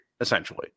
essentially